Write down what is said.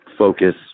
Focus